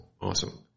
awesome